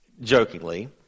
Jokingly